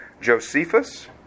Josephus